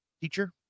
teacher